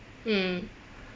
mm